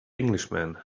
englishman